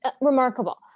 remarkable